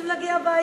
רוצים להגיע הביתה.